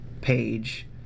page